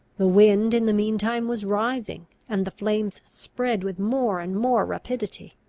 the wind in the mean time was rising, and the flames spread with more and more rapidity.